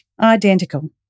Identical